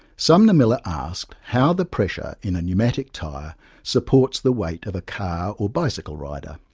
sumner miller asked how the pressure in a pneumatic tyre supports the weight of a car or bicycle rider.